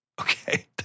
okay